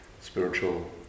spiritual